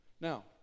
now